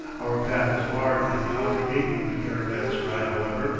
our path is barred at the outer gate of the caravanserai, however,